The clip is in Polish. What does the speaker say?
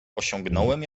osiągnąłem